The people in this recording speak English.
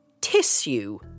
Tissue